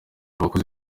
bakoze